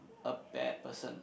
a bad person